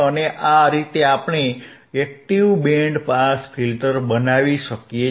અને આ રીતે આપણે એક્ટીવ બેન્ડ પાસ ફિલ્ટર બનાવી શકીએ છીએ